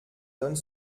donne